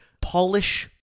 Polish